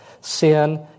Sin